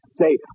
Say